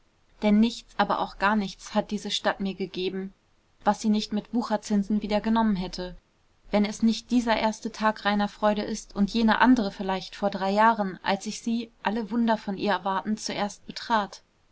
denn nichts aber auch gar nichts hat diese stadt mir gegeben was sie nicht mit wucherzinsen wieder genommen hätte wenn es nicht dieser erste tag reiner freude ist und jener andere vielleicht vor drei jahren als ich sie alle wunder von ihr erwartend zuerst betrat